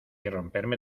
romperme